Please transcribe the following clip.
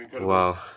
Wow